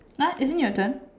what isn't it your turn